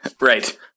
right